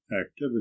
activity